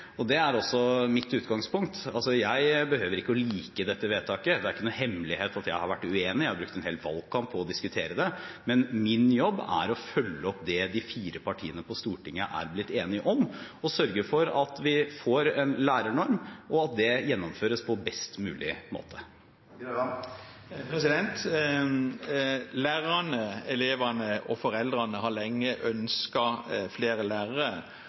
Det er også mitt utgangspunkt: Jeg behøver ikke å like dette vedtaket. Det er ingen hemmelighet at jeg har vært uenig, jeg har brukt en hel valgkamp på å diskutere det, men min jobb er å følge opp det de fire partiene på Stortinget er blitt enige om, sørge for at vi får en lærernorm, og at det gjennomføres på best mulig måte. Lærerne, elevene og foreldrene har lenge ønsket flere lærere